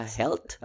health